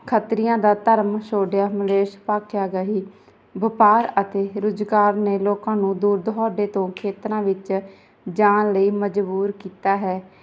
ਖਤਰੀਆਂ ਦਾ ਧਰਮ ਛੱਡਿਆ ਮਲੇਸ਼ ਭਾਖਿਆ ਗਹੀ ਵਪਾਰ ਅਤੇ ਰੁਜ਼ਗਾਰ ਨੇ ਲੋਕਾਂ ਨੂੰ ਦੂਰ ਦੁਹਾਡੇ ਤੋਂ ਖੇਤਰਾਂ ਵਿੱਚ ਜਾਣ ਲਈ ਮਜਬੂਰ ਕੀਤਾ ਹੈ